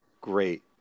great